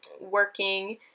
working